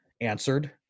answered